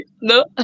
No